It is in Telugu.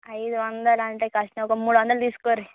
అయిదు వందలు అంటే కష్టం ఒక మూడు వందలు తీసుకోర్రి